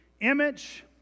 image